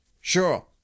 Sure